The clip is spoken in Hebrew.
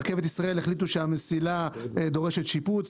רכבת ישראל החליטו שהמסילה דורשת שיפוץ